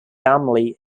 family